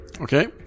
Okay